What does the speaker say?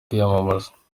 kwiyamamaza